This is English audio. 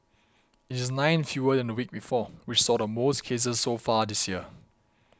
it is nine fewer than the week before which saw the most cases so far this year